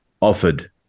offered